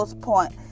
point